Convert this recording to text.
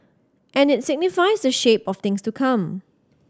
and it signifies the shape of things to come